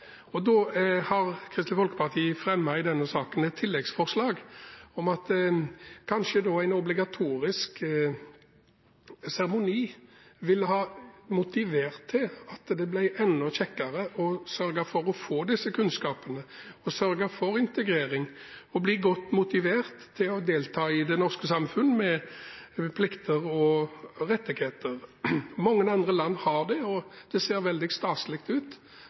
Kristelig Folkeparti har i denne saken fremmet et forslag om en obligatorisk seremoni – at det kanskje ville ha motivert til at det ble enda kjekkere å sørge for å få disse kunnskapene, å sørge for integrering og bli godt motivert til å delta i det norske samfunn, med plikter og rettigheter. Mange andre land har det, og det ser veldig staselig ut.